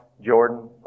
Jordan